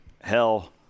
hell